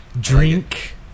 drink